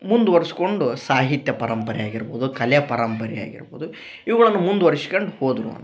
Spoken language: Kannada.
ಮುಂದ್ವರ್ಸ್ಕೊಂಡು ಸಾಹಿತ್ಯ ಪರಂಪರೆ ಆಗಿರ್ಬೋದು ಕಲೆ ಪರಂಪರೆ ಆಗಿರ್ಬೋದು ಇವ್ಗಳನ್ನ ಮುಂದ್ವರ್ಶ್ಕಂಡು ಹೋದರು ಅನ್ನೋದು